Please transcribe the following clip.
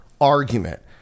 argument